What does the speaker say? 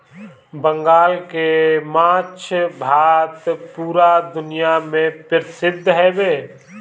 बंगाल के माछ भात पूरा दुनिया में परसिद्ध हवे